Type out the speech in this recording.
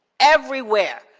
everywhere.